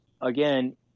again